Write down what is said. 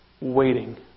waiting